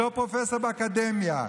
אותו פרופסור באקדמיה,